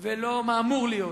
ולא מה אמור להיות,